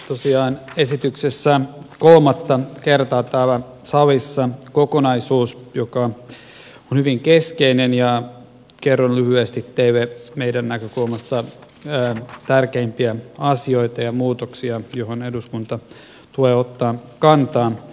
tosiaan esittelyssä kolmatta kertaa täällä salissa on kokonaisuus joka on hyvin keskeinen ja kerron lyhyesti teille meidän näkökulmastamme tärkeimpiä asioita ja muutoksia joihin eduskunnan tulee ottaa kantaa